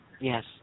Yes